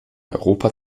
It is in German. europa